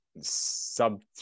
sub